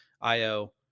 Io